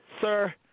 Sir